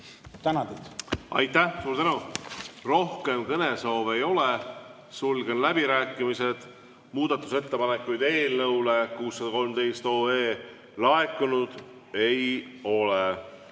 e a e g Aitäh, suur tänu! Rohkem kõnesoove ei ole, sulgen läbirääkimised. Muudatusettepanekuid eelnõu 613 kohta laekunud ei ole.